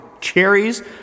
cherries